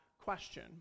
question